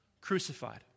crucified